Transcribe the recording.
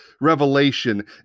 revelation